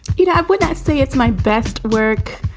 you know have when i say it's my best work.